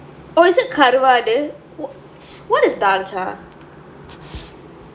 oh is it karuvadu what is thalcha